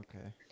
Okay